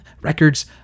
records